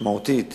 משמעותית